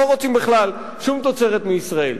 לא רוצים בכלל שום תוצרת מישראל.